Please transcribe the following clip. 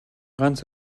ганц